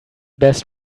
best